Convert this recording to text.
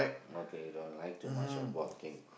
okay you don't like too much of walking